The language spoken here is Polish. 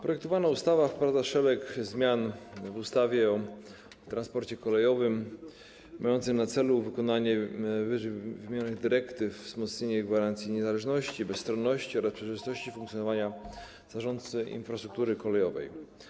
Projektowana ustawa wprowadza szereg zmian w ustawie o transporcie kolejowym mających na celu wykonanie dyrektyw i wzmocnienie gwarancji niezależności, bezstronności oraz przejrzystości funkcjonowania zarządcy infrastruktury kolejowej.